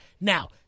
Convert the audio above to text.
Now